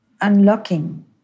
unlocking